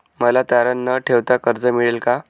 मला तारण न ठेवता कर्ज मिळेल का?